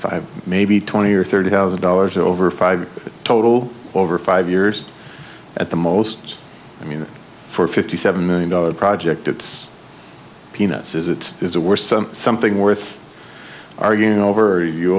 five maybe twenty or thirty thousand dollars over five total over five years at the most you know for fifty seven million dollars project it's peanuts is it is the worst something worth arguing over you